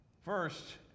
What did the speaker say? First